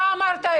אתה אמרת את זה.